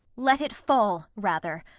let it fall rather,